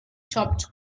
chopped